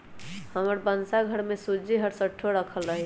हमर भन्सा घर में सूज्ज़ी हरसठ्ठो राखल रहइ छै